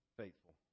faithful